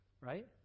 right